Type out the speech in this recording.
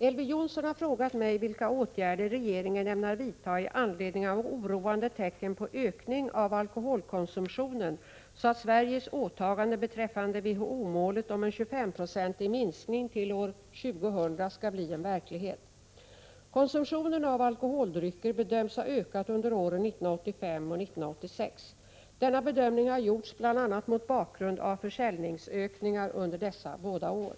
Elver Jonsson har frågat mig vilka åtgärder regeringen ämnar vidta i anledning av oroande tecken på ökning av alkoholkonsumtionen så att Sveriges åtagande beträffande WHO-målet om en 25-procentig minskning till år 2000 skall bli en verklighet. Konsumtionen av alkoholdrycker bedöms ha ökat under åren 1985 och 1986. Denna bedömning har gjorts bl.a. mot bakgrund av försäljningsökningar under dessa båda år.